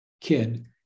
kid